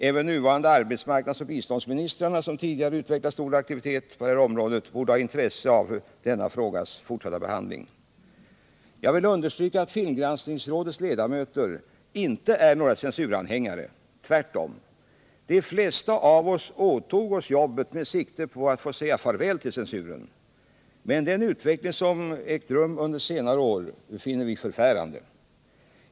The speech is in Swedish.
Även de nuvarande arbetsmarknadsoch biståndsministrarna, som tidigare har utvecklat stor aktivitet på detta område, borde ha intresse för denna frågas fortsatta behandling. Jag vill understryka att filmgranskningsrådets ledamöter inte är några censuranhängare — tvärtom. De flesta av oss åtog oss jobbet med sikte på att få säga farväl till censuren. Men den utveckling som har ägt rum under senare år finner vi förfärande.